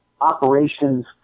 operations